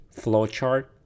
flowchart